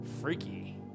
Freaky